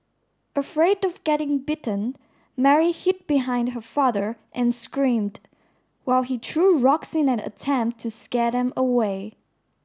afraid of getting bitten Mary hid behind her father and screamed while he threw rocks in an attempt to scare them away